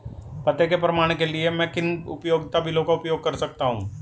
पते के प्रमाण के लिए मैं किन उपयोगिता बिलों का उपयोग कर सकता हूँ?